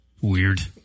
Weird